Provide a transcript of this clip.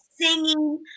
singing